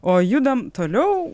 o judam toliau